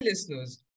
listeners